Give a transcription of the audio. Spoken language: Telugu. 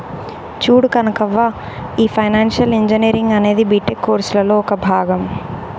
చూడు కనకవ్వ, ఈ ఫైనాన్షియల్ ఇంజనీరింగ్ అనేది బీటెక్ కోర్సులలో ఒక భాగం